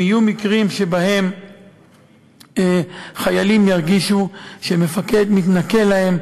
אם יהיו מקרים שחיילים ירגישו שמפקד מתנכל להם,